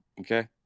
Okay